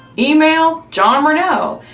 email jon renau,